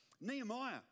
nehemiah